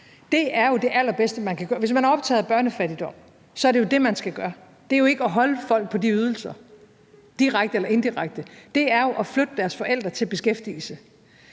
Det er jo det allerbedste, man kan gøre. Hvis man er optaget af børnefattigdom, er det jo det, man skal gøre. Det er ikke at holde folk på de ydelser, direkte eller indirekte; det er at flytte børnenes forældre til beskæftigelse